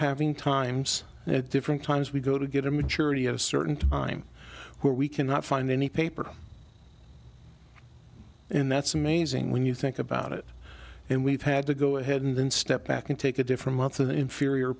having times at different times we go to get a maturity of a certain time where we cannot find any paper and that's amazing when you think about it and we've had to go ahead and then step back and take a different month an inferior